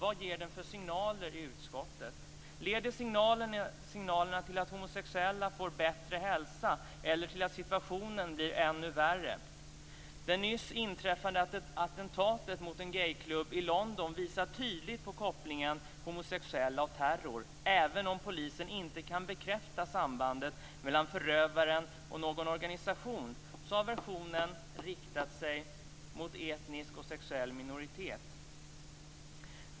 Vad ger utskottsmajoriteten för signaler? Leder signalerna till att homosexuella får bättre hälsa eller till att situationen blir ännu värre? Det nyss inträffade attentatet mot en gayklubb i London visar tydligt på kopplingen homosexuella och terror. Även om polisen inte kan bekräfta sambandet mellan förövaren och någon organisation har aversionen riktats mot en etnisk och sexuell minoritet.